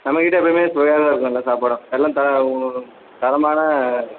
நம்மக்கிட்ட எப்போயுமே சுவையாக தான் இருக்கும் எல்லா சாப்பாடும் எல்லாம் தரமான